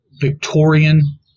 Victorian